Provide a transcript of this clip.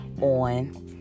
on